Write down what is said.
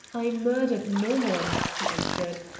i murdered no one, he answered.